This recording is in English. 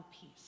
peace